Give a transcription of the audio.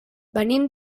venim